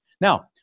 Now